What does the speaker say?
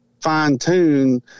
fine-tune